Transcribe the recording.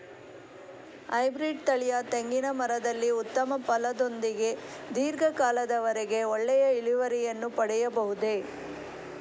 Hybrid ತಳಿಯ ತೆಂಗಿನ ಮರದಲ್ಲಿ ಉತ್ತಮ ಫಲದೊಂದಿಗೆ ಧೀರ್ಘ ಕಾಲದ ವರೆಗೆ ಒಳ್ಳೆಯ ಇಳುವರಿಯನ್ನು ಪಡೆಯಬಹುದೇ?